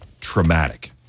traumatic